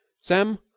Sam